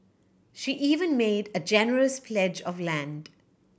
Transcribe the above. she even made a generous pledge of land